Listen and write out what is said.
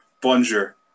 bonjour